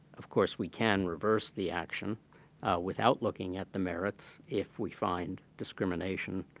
of course, we can reverse the action without looking at the merits, if we find discrimination,